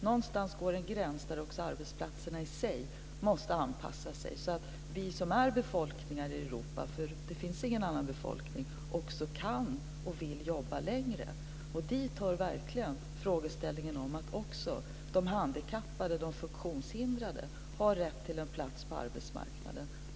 Någonstans går en gräns där också arbetsplatserna i sig måste anpassas, så att befolkningen i Europa också kan och vill jobba längre. Dit hör verkligen frågan om att också de handikappade och de funktionshindrade har rätt till en plats på arbetsmarknaden.